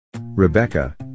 rebecca